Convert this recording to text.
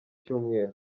cyumweru